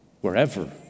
wherever